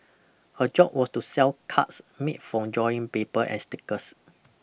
her job was to sell cards made from drawing paper and stickers